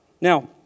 Now